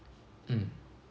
mm